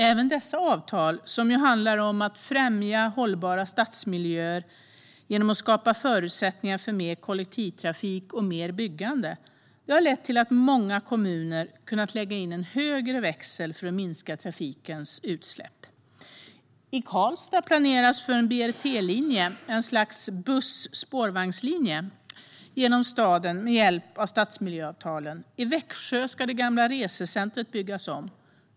Även dessa avtal - som ju handlar om att främja hållbara stadsmiljöer genom att skapa förutsättningar för mer kollektivtrafik och mer byggande - har lett till att många kommuner kunnat lägga in en högre växel för att minska trafikens utsläpp. I Karlstad planeras för en BRT-linje, ett slags buss-spårvagnslinje, genom staden med hjälp av stadsmiljöavtalen. I Växjö ska det gamla resecentret byggas om.